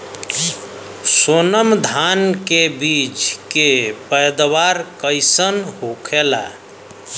सोनम धान के बिज के पैदावार कइसन होखेला?